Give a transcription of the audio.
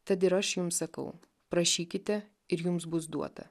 tad ir aš jums sakau prašykite ir jums bus duota